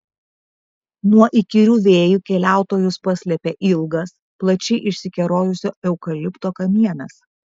nuo įkyrių vėjų keliautojus paslėpė ilgas plačiai išsikerojusio eukalipto kamienas